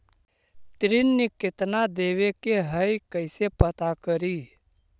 ऋण कितना देवे के है कैसे पता करी?